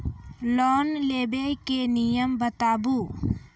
Loan लेबे के नियम बताबू?